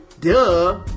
Duh